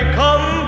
come